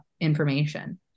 information